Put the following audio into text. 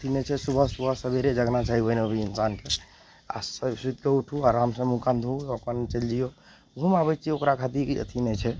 अथी नहि छै सुबह सुबह सवेरे जगना चाही ओहनो भी इंसानके आओर सब सुति कऽ उठु आरामसँ मुँह कान धोबू ओकर बादमे चलि जाइयौ घुमि आबय छियै ओकरा खातिर अथी नहि छै